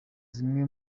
zimwe